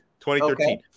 2013